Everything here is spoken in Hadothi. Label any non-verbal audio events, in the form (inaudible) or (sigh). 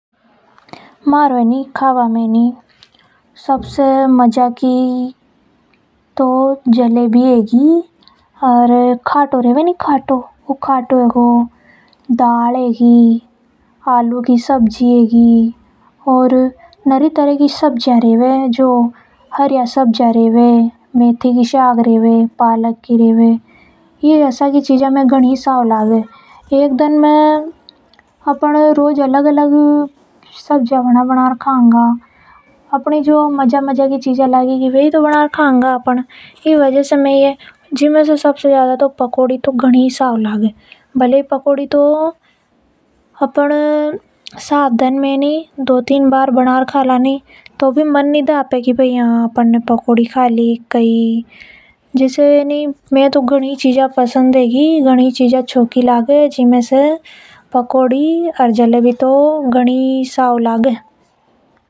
मारो अ नि खाना में ए नि सबसे ज्यादा तो जलेबी हेगी। अर खाटू, दाल, आलू की सब्जी हगी और नरी तरह की सब्जियां हैं गई जसा की हरि सब्जियां मेथी की पालक की सब्जी। ये सब का भा में घनी ज्यादा स्वाद लगे हैं। अपन न जो सबसे ज्यादा बढ़िया लगे अपने उन अ तो बना-बना के कावा गा पर मै तो सबसे ज्यादा पकौड़ी बढ़िया लगे। (hesitation) अगर पकौड़ी तो अपन सात दन मे बनाकर खा ल तो भी अपना मन नि धाप है। जिसे बार बार अपने मन में ये सब चीजा आती रेवे।